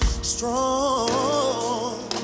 Strong